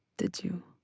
did you?